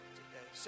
today